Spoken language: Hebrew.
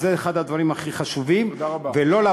זה אחד הדברים הכי חשובים, תודה רבה.